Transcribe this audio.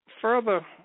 further